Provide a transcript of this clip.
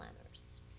planners